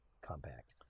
Compact